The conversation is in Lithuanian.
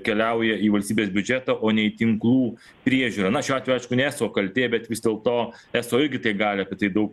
keliauja į valstybės biudžetą o nei į tinklų priežiūrą na šiuo atveju aišku ne eso kaltė bet vis dėlto eso irgi tai gali apie tai daug